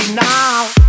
now